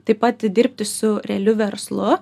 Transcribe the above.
taip pat dirbti su realiu verslu